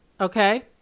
okay